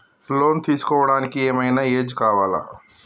Loan తీస్కోవడానికి ఏం ఐనా ఏజ్ కావాలా?